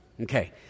Okay